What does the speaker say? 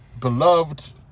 beloved